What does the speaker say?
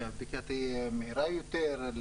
שהבדיקה תהיה מהירה יותר,